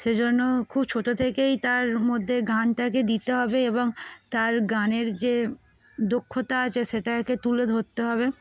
সেজন্য খুব ছোটো থেকেই তার মধ্যে গানটাকে দিতে হবে এবং তার গানের যে দক্ষতা আছে সেটাকে তুলে ধরতে হবে